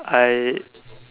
I